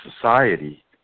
society